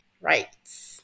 rights